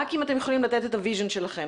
רק אם אתם יכולים לתת את ה-וויז'ן שלכם.